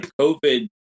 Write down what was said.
covid